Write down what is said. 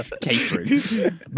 Catering